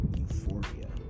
euphoria